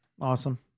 Awesome